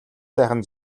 сайхан